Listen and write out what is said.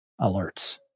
alerts